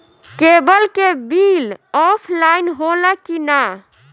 Cable के bill offline होला कि ना?